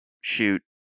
shoot